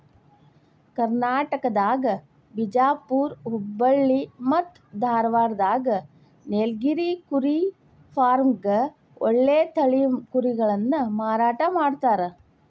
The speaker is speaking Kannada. ಕರ್ನಾಟಕದಾಗ ಬಿಜಾಪುರ್ ಹುಬ್ಬಳ್ಳಿ ಮತ್ತ್ ಧಾರಾವಾಡದಾಗ ನೇಲಗಿರಿ ಕುರಿ ಫಾರ್ಮ್ನ್ಯಾಗ ಒಳ್ಳೆ ತಳಿ ಕುರಿಗಳನ್ನ ಮಾರಾಟ ಮಾಡ್ತಾರ